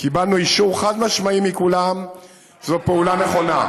קיבלנו אישור חד-משמעי מכולם שזו פעולה נכונה.